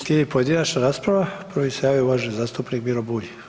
Slijedi pojedinačna rasprava, prvi se javio uvaženi zastupnik Miro Bulj.